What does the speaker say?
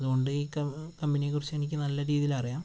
അതുകൊണ്ട് ഈ കമ്പനിയെക്കുറിച്ച് എനിക്ക് നല്ല രീതിയിൽ അറിയാം